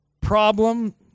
problem